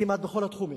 כמעט בכל התחומים.